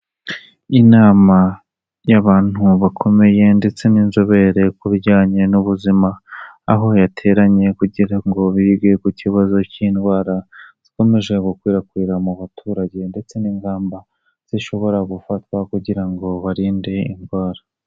Inama y'abantu bakomeye ndetse n'inzobere ku bijyanye n'ubuzima aho yateraniye kugira ngo bige ku kibazo cy'indwara zikomeje gukwirakwira mu baturage ndetse n'ingamba zishobora gufatwa kugira ngo barinde indwara.